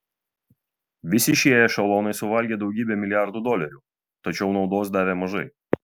visi šie ešelonai suvalgė daugybę milijardų dolerių tačiau naudos davė mažai